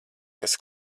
kas